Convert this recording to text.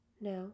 Now